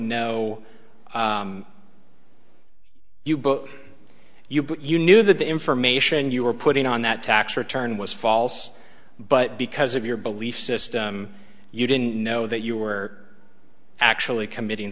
but you but you knew that the information you were putting on that tax return was false but because of your belief system you didn't know that you were actually committing